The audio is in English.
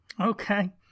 Okay